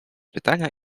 pytania